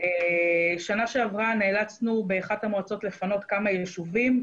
שנה שעברה נאלצנו באחת המועצות לפנות כמה ישובים.